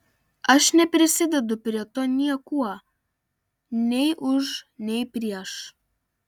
aš neprisidedu prie to niekuo nei už nei prieš